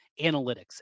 analytics